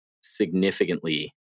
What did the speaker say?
significantly